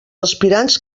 aspirants